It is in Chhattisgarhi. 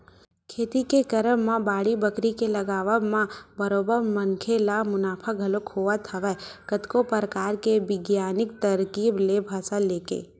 खेती के करब म बाड़ी बखरी के लगावब म बरोबर मनखे ल मुनाफा घलोक होवत हवय कतको परकार के बिग्यानिक तरकीब ले फसल लेके